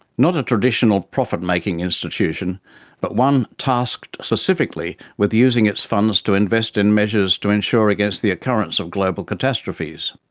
not a traditional profit making institution but one tasked specifically with using its funds to invest in measures to ensure against the occurrence of global catastrophes.